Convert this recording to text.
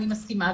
אני מסכימה,